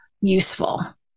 useful